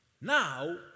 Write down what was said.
Now